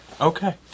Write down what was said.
Okay